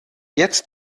jetzt